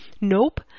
Nope